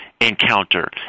encounter